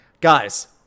Guys